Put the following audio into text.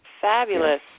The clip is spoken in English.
Fabulous